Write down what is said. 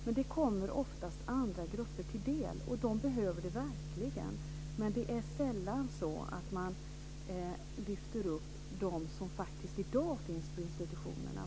Men detta kommer oftast andra grupper till del, och de behöver det verkligen, men man lyfter sällan upp dem som faktiskt i dag finns på institutionerna.